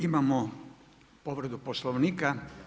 Imamo povredu Poslovnika.